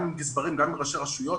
גם עם גזברים וגם עם ראשי רשויות.